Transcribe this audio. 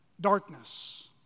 Darkness